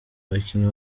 abakinnyi